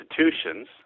institutions